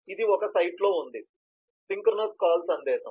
ఇది ఒక సైట్లో ఉంది సింక్రోనస్ కాల్ సందేశం